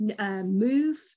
move